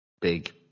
big